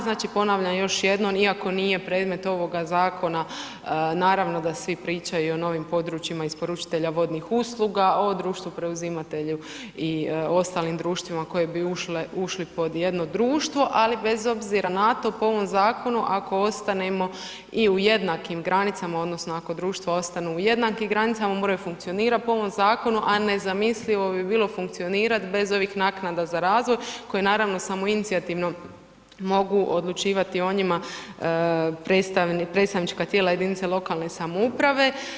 Znači, ponavljam još jednom, iako nije predmet ovoga zakona, naravno da svi pričaju o novim područjima isporučitelja vodnih usluga, o društvu preuzimatelju i ostalim društvima koji bi ušli pod jedno društvo, ali bez obzira na to, po ovom zakonu, ako ostanemo i u jednakim granicama, odnosno ako društvo ostane u jednakim granicama, moraju funkcionirati po ovom zakonu, a nezamislivo bi bilo funkcionirati bez ovih naknada za razvoj koje naravno samoinicijativno mogu odlučivati o njima predstavnička tijela jedinica lokalne samouprave.